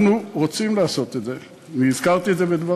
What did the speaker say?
אנחנו רוצים לעשות את זה, והזכרתי את זה בדברי.